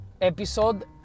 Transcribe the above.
episode